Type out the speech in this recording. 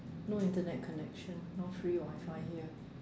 no internet connection no free Wi-Fi here